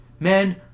Men